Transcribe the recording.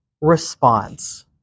response